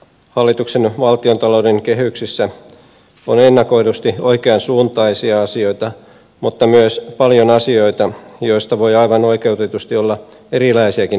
hallituksen valtiontalouden kehyksissä on ennakoidusti oikeansuuntaisia asioita mutta myös paljon asioita joista voi aivan oikeutetusti olla erilaisiakin näkemyksiä